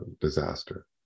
disaster